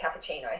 cappuccino